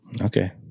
Okay